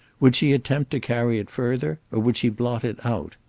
would she attempt to carry it further or would she blot it out?